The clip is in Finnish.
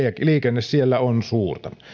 ja liikenne siellä on suurta